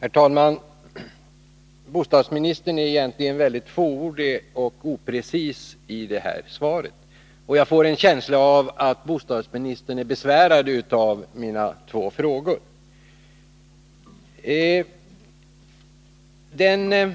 Herr talman! Bostadsministern är egentligen väldigt fåordig och oprecis i detta svar, och jag får en känsla av att bostadsministern är besvärad av mina frågor. Den